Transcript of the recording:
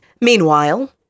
Meanwhile